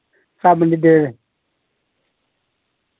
साबन दी डेट